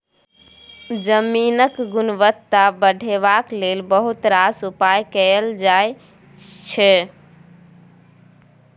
जमीनक गुणवत्ता बढ़ेबाक लेल बहुत रास उपाय कएल जाइ छै